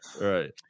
Right